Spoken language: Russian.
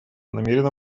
намерена